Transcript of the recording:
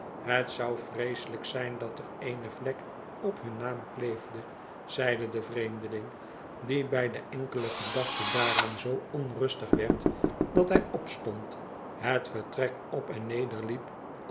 het zou vreeselijk zijn dat er eene vlek op hun naam kleefde zeide de vreemdeling die bij de enkele gedachte daaraan zoo onrustig werd dat hij opstond het vertrek op en neder liep